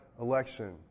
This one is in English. election